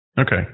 Okay